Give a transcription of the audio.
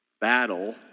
battle